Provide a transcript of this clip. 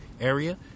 area